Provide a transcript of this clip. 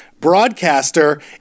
Broadcaster